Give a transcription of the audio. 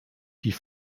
die